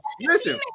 listen